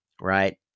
right